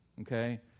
Okay